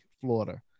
Florida